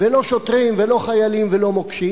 ולא שוטרים ולא חיילים ולא מוקשים,